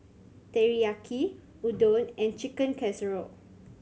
Teriyaki Udon and Chicken Casserole